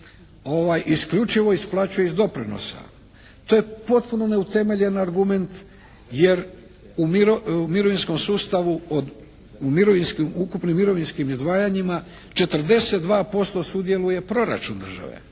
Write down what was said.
isključivo isplaćuje iz doprinosa. To je potpuno neutemeljen argument jer u mirovinskom sustavu od, ukupnim mirovinskim izdvajanjima 42% sudjeluje proračun države,